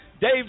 Dave